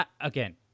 Again